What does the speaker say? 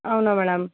అవునా మ్యాడమ్